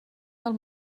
del